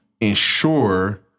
ensure